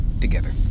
together